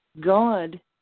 God